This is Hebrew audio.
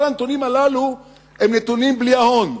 כל הנתונים הללו הם נתונים בלי ההון,